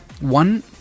One